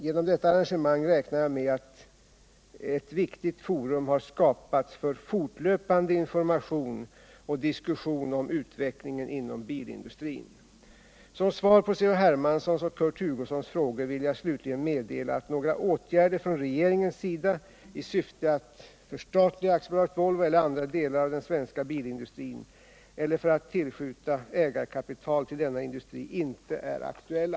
Genom detta arrangemang räknar jag med att ett viktigt forum har skapats för fortlöpande information och diskussion om utvecklingen inom bilindustrin. Som svar på C.-H. Hermanssons och Kurt Hugossons frågor vill jag slutligen meddela att några åtgärder från regeringens sida i syfte att förstatliga AB Volvo eller andra delar av den svenska bilindustrin eller att tillskjuta ägarkapital till denna industri inte är aktuella.